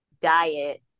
diet